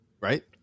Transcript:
Right